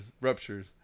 ruptures